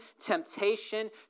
temptation